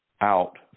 out